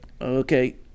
Okay